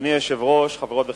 אדוני היושב-ראש, חברות וחברים,